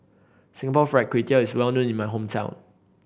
Singapore Fried Kway Tiao is well known in my hometown